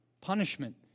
punishment